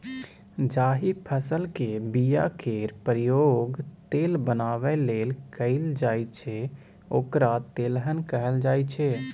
जाहि फसलक बीया केर प्रयोग तेल बनाबै लेल कएल जाइ छै ओकरा तेलहन कहल जाइ छै